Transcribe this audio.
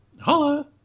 holla